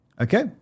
okay